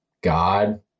God